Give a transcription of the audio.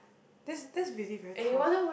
that's that's really very tough